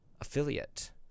affiliate